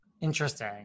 interesting